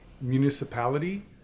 municipality